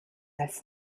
als